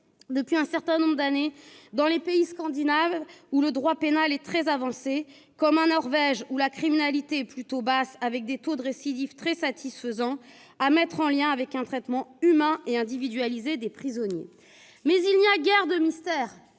depuis un certain nombre d'années dans les pays scandinaves, où le droit pénal est très avancé, comme en Norvège, où la criminalité est plutôt basse avec des taux de récidive très satisfaisants, à mettre en lien avec un traitement humain et individualisé des prisonniers. Mais il n'y a guère de mystère